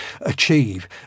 achieve